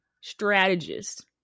strategist